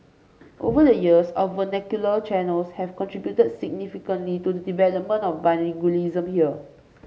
over the years our vernacular channels have contribute significantly to the development of bilingualism here